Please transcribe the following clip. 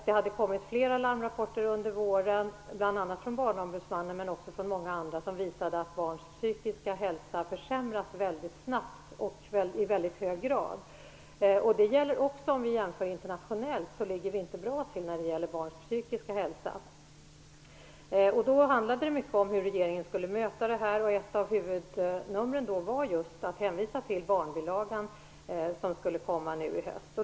Det hade kommit flera larmrapporter under våren, bl.a. från Barnombudsmannen men också från många andra, som visade att barns psykiska hälsa försämrades väldigt snabbt och i väldigt hög grad. Detta gäller också vid en internationell jämförelse. Vi ligger inte bra till när det gäller barns psykiska hälsa. Det handlade under den debatten mycket om hur regeringen skulle möta problemen. Ett av huvudnumren var just att man hänvisade till den barnbilaga som skulle komma nu i höst.